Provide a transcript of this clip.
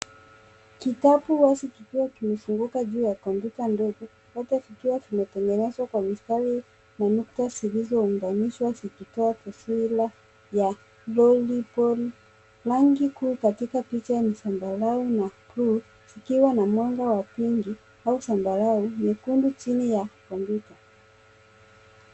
Kitabu wazi kikiwa kimefunguka juu ya kompyuta ndogo, chote kikiwa kimetengenezwa kwa mistari na nukta zilizounganishwa zikitoa taswira ya lollipon . Rangi kuu katika picha ni zambarau na buluu, Zikiwa na mwanga wa pinki au zambarau nyekundu chini ya kompyuta.